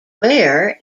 where